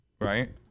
right